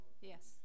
Yes